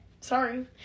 Sorry